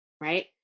right